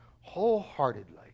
wholeheartedly